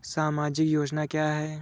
सामाजिक योजना क्या है?